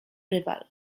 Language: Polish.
rywal